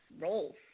roles